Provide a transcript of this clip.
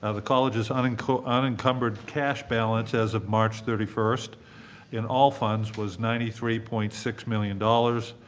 ah the college's unencumbered unencumbered cash balance as of march thirty first in all funds was ninety three point six million dollars.